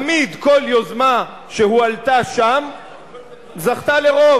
תמיד, כל יוזמה שהועלתה שם זכתה לרוב.